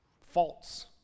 false